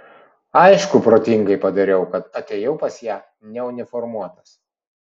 aišku protingai padariau kad atėjau pas ją neuniformuotas